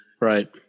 Right